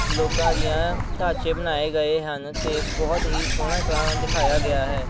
ਲੋਕਾਂ ਦੀਆਂ ਢਾਂਚੇ ਬਣਾਏ ਗਏ ਹਨ ਅਤੇ ਬਹੁਤ ਹੀ ਸੋਹਣਾ ਤਾਂ ਦਿਖਾਇਆ ਗਿਆ ਹੈ